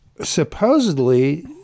supposedly